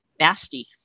Nasty